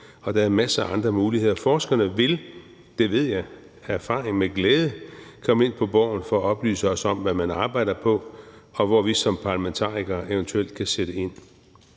og der er masser af andre muligheder. Forskerne vil – det ved jeg af erfaring – med glæde komme ind på Borgen for at oplyse os om, hvad man arbejder på, og hvor vi som parlamentarikere eventuelt kan sætte ind.